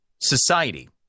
society